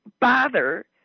bother